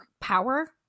power